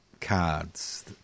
cards